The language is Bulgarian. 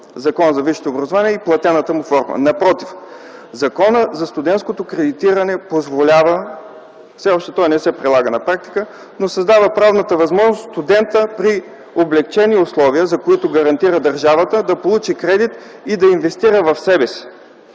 Закона за висшето образование и платената му форма. Напротив, Законът за студентското кредитиране, който все още не се прилага на практика, създава правната възможност студентът при облекчени условия, за които гарантира държавата, да получи кредит и да инвестира в себе си,